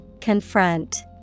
Confront